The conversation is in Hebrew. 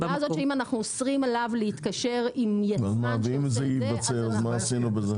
אם אנחנו נאסור על יבואן להתקשר עם יצרן שעושה את זה,